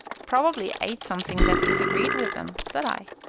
probably ate something that disagreed with them, said i,